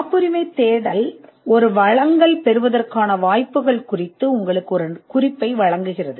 காப்புரிமை தேடல் ஒரு மானியம் பெறுவதற்கான வாய்ப்புகள் குறித்து உங்களுக்கு ஒரு குறிப்பை வழங்குகிறது